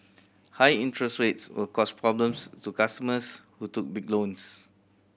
high interest rates will cause problems to customers who took big loans